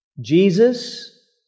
Jesus